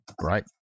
Right